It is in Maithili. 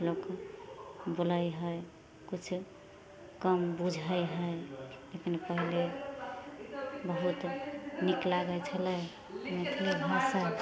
लोक बोलै हइ किछु कम बुझाइ हइ लेकिन पहिले बहुत नीक लागै छलै मैथिली भाषा